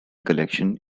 collection